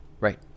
Right